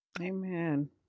amen